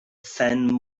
phen